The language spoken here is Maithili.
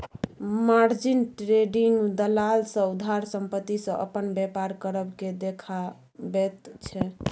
मार्जिन ट्रेडिंग दलाल सँ उधार संपत्ति सँ अपन बेपार करब केँ देखाबैत छै